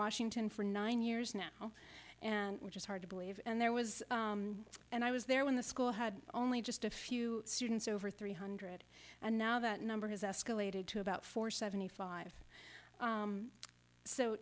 washington for nine years now and which is hard to believe and there was and i was there when the school had only just a few students over three hundred and now that number has escalated to about four seventy five